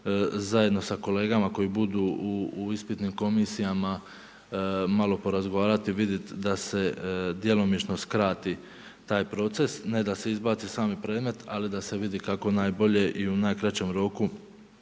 zajedno sa kolegama koji budu u ispitnim komisijama, malo porazgovarati i vidjeti da se djelomično skrati taj proces, ne da se izbaci sami predmet, ali da se vidi kako najbolje i u najkraćem roku,